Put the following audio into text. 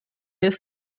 ist